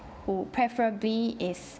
who preferably is